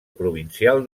provincial